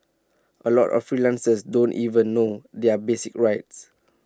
A lot of freelancers don't even know their basic rights